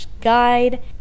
guide